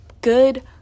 good